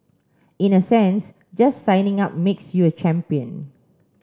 in a sense just signing up makes you a champion